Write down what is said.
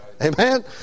Amen